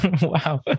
Wow